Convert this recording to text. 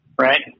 right